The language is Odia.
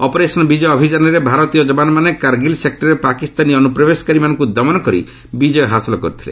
ଅପରେସନ୍ ବିଜୟ ଅଭିଯାନରେ ଭାରତୀୟ ଯବାନମାନେ କାର୍ଗୀଲ୍ ସେକ୍ଟରରେ ପାକିସ୍ତାନୀ ଅନୁପ୍ରବେଶକାରୀମାନଙ୍କୁ ଦମନ କରି ବିକ୍ଷୟ ହାସଲ କରିଥିଲେ